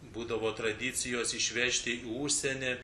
būdavo tradicijos išvežti į užsienį